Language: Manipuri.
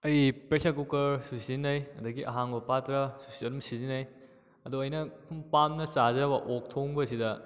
ꯑꯩ ꯄ꯭ꯔꯦꯁꯔ ꯀꯨꯀꯔꯁꯨ ꯁꯤꯖꯤꯟꯅꯩ ꯑꯗꯒꯤ ꯑꯍꯥꯡꯕ ꯄꯥꯠꯇ꯭ꯔꯁꯨ ꯁꯤꯁꯨ ꯑꯗꯨꯝ ꯁꯤꯖꯤꯟꯅꯩ ꯑꯗꯣ ꯑꯩꯅ ꯄꯥꯝꯅ ꯆꯥꯖꯕ ꯑꯣꯛ ꯊꯣꯡꯕꯁꯤꯗ